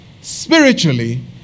spiritually